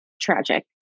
tragic